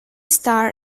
star